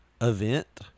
Event